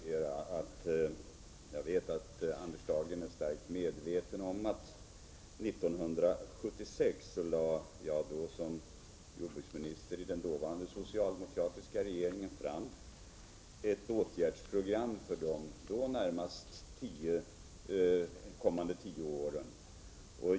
Herr talman! Jag vet att Anders Dahlgren är starkt medveten om att jag 1976 som jordbruksminister i den dåvarande socialdemokratiska regeringen lade fram ett åtgärdsprogram för de då närmast kommande 10 åren.